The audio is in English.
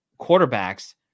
quarterbacks